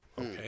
Okay